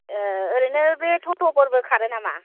ओरैनो बे थथ'फोरबो खारो नामा